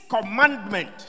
commandment